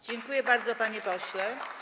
Dziękuję bardzo, panie pośle.